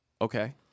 Okay